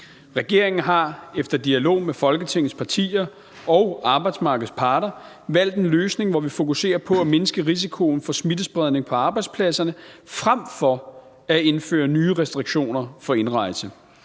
Regeringen har efter dialog med Folketingets partier og arbejdsmarkedets parter valgt en løsning, hvor vi fokuserer på at mindske risikoen for smittespredning på arbejdspladserne frem for at indføre nye restriktioner for indrejse.